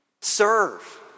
Serve